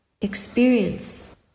experience